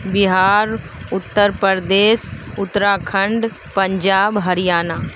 Bihar Uttar Pradesh Uttarakhand Punjab Haryana